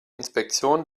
inspektion